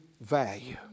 value